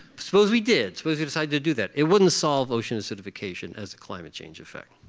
suppose we did. suppose we decide to do that? it wouldn't solve ocean acidification as a climate change effect.